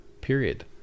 period